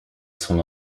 son